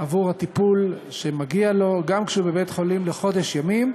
עבור הטיפול שמגיע לו גם כשהוא בבית-חולים לחודש ימים,